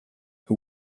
who